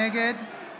נגד